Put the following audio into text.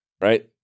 Right